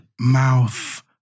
mouth